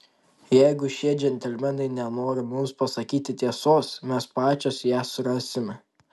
jeigu šie džentelmenai nenori mums pasakyti tiesos mes pačios ją surasime